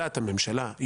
יודעת הממשלה,